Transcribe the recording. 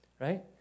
right